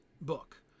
book